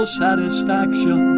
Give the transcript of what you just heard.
satisfaction